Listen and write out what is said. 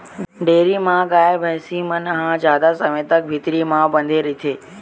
dairy म गाय, भइसी मन ह जादा समे तक भीतरी म बंधाए रहिथे